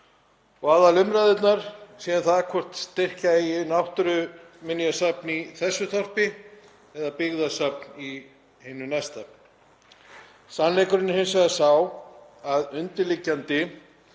og aðalumræðurnar séu um það hvort styrkja eigi náttúruminjasafn í þessu þorpi eða byggðasafn í hinu næsta. Sannleikurinn er hins vegar sá að undirliggjandi